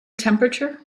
temperature